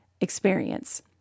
experience